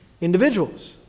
individuals